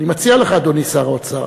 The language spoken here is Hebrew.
אני מציע לך, אדוני שר האוצר,